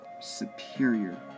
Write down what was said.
superior